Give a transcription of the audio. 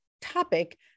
topic